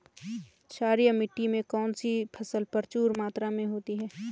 क्षारीय मिट्टी में कौन सी फसल प्रचुर मात्रा में होती है?